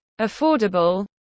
affordable